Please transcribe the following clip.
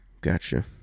Gotcha